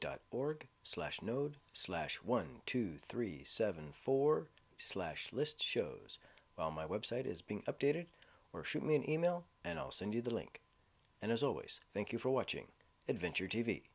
dot org slash node slash one two three seven four slash list shows while my website is being updated or shoot me an email and i'll send you the link and as always thank you for watching adventure t